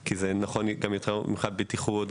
כי זה נכון יותר שזה מתחת לאדמה גם בתחום הבטיחות,